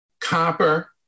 copper